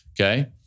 Okay